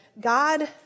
God